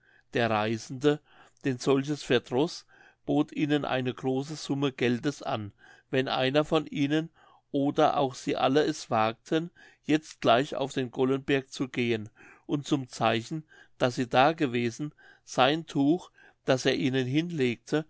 der reisende den solches verdroß bot ihnen eine große summe geldes an wenn einer von ihnen oder auch sie alle es wagten jetzt gleich auf den gollenberg zu gehen und zum zeichen daß sie da gewesen sein tuch das er ihnen hinlegte